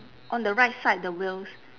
on the right side the wheels